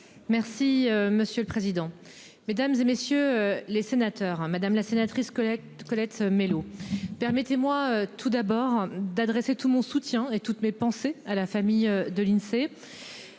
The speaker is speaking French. Merci monsieur le président, Mesdames, et messieurs les sénateurs, madame la sénatrice Colette Colette Mélot permettez-moi tout d'abord d'adresser tout mon soutien et toutes mes pensées à la famille de Lindsay.